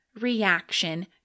reaction